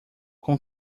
com